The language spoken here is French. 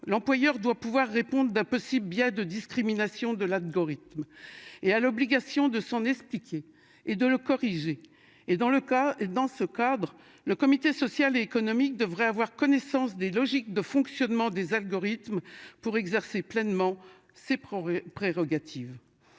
l'employeur doit pouvoir répondre d'un possible bien de discrimination de l'algorithme et à l'obligation de s'en expliquer et de le corriger et dans le cas dans ce cadre, le comité social et économique devrait avoir connaissance des logiques de fonctionnement des algorithmes pour exercer pleinement ses propres